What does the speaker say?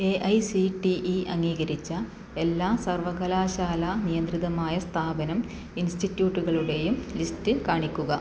A I C T E അംഗീകരിച്ച എല്ലാ സർവകലാശാലാ നിയന്ത്രിതമായ സ്ഥാപനം ഇൻസ്റ്റിറ്റൃൂട്ടുകളുടെയും ലിസ്റ്റ് കാണിക്കുക